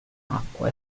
acqua